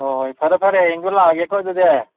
ꯍꯣꯏ ꯍꯣꯏ ꯐꯔꯦ ꯐꯔꯦ ꯍꯌꯦꯡꯗꯨ ꯂꯥꯛꯑꯒꯦꯀꯣ ꯑꯗꯨꯗꯤ